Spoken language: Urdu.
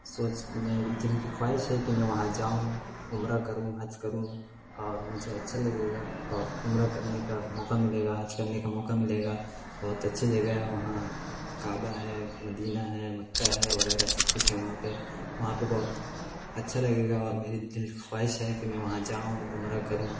سوچ جن دل کی خواہش ہے کہ میں وہاں جاؤں عمرہ کروں حج کروں اور مجھے اچھا لگے گا اور عمرہ کرنے کا موقع ملے گا حج کرنے کا موکع ملے گا بہت اچھی جگہ ہے وہاں کعبہ ہے مدینہ ہیں مکہ ہے وغیرہ سب کچھ ہے وہاں پہ وہاں پہ بہت اچھا لگے گا اور میری دل کی خواہش ہے کہ میں وہاں جاؤں عمرہ کروں